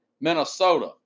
Minnesota